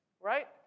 Right